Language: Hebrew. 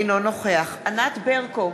אינו נוכח ענת ברקו,